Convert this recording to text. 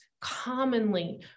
commonly